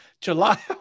July